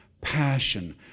passion